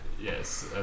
Yes